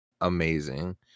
amazing